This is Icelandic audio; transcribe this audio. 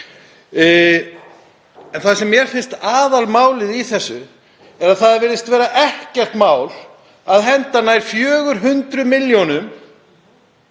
En það sem mér finnst aðalmálið í þessu er að það virðist ekki vera neitt mál að henda nær 400 milljónum